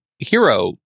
hero